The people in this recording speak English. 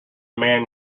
man